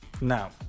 Now